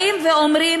באים ואומרים